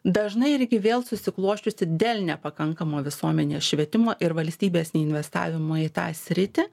dažnai irgi vėl susiklosčiusi dėl nepakankamo visuomenės švietimo ir valstybės investavimo į tą sritį